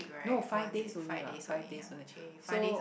no five days only what five days so